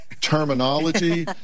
terminology